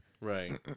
Right